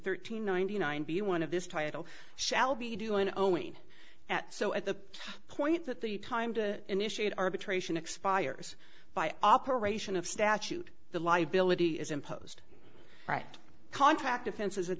thirteen ninety nine b one of this title shall be doing oing at so at the point that the time to initiate arbitration expires by operation of statute the liability is imposed right contract offenses at